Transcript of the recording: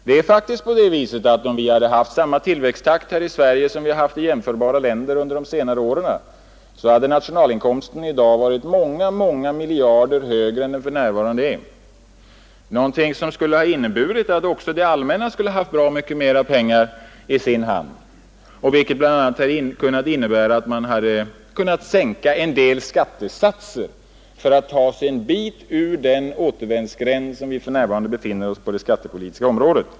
Om det hade varit samma tillväxttakt i Sverige som i jämförbara länder under de senaste åren så hade nationalinkomsten i dag varit många miljarder större än den är. Det skulle ha inneburit att också det allmänna skulle ha haft mycket mer pengar i sin hand. Det hade i sin tur inneburit att man hade kunnat sänka en del skattesatser för att ta sig en bit ur återvändsgränden på det skattepolitiska området.